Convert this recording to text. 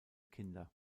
kinder